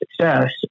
success